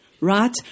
right